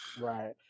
Right